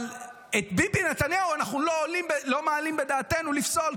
אבל את ביבי נתניהו אנחנו לא מעלים בדעתנו לפסול,